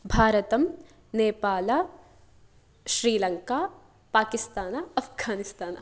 भारतम् नेपालः श्रीलङ्का पाकिस्तानः आफगानिस्तानः